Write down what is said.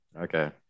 okay